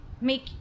make